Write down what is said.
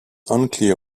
unclear